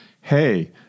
hey